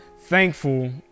thankful